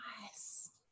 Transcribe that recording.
Nice